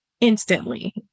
instantly